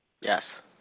yes